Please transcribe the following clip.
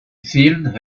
filled